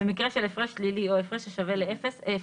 במקרה של הפרש שלילי או הפרש השווה לאפס - אפס.